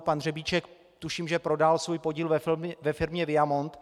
Pan Řebíček, tuším, že prodal svůj podíl ve firmě Viamont.